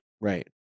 right